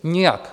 Nijak!